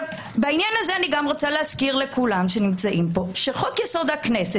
בעניין זה אני מזכירה שחוק יסוד הכנסת,